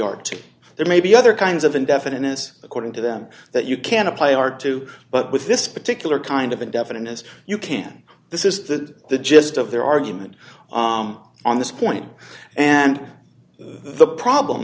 arctic there may be other kinds of indefiniteness according to them that you can apply are to but with this particular kind of a definite as you can this is that the gist of their argument on this point and the problem